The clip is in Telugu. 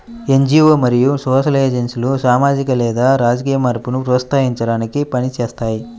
ఎన్.జీ.వో మరియు సోషల్ ఏజెన్సీలు సామాజిక లేదా రాజకీయ మార్పును ప్రోత్సహించడానికి పని చేస్తాయి